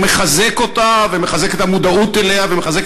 מחזק אותה ומחזק את המודעות אליה ומחזק